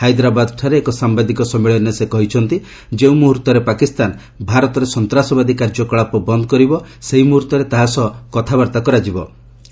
ହାଇଦ୍ରାବାଦଠାରେ ଏକ ସାମ୍ଭାଦିକ ସମ୍ମିଳନୀରେ ସେ କହିଛନ୍ତି ଯେଉଁ ମୁହର୍ତ୍ତରେ ପାକିସ୍ତାନ ଭାରତ ସନ୍ତାସବାଦୀ କାର୍ଯ୍ୟକଳାପ ବନ୍ଦ କରିବ ସେହି ମୁହ୍ରର୍ତ୍ତରେ ତାହା ସହ କଥାବାର୍ତ୍ତା କରିବେ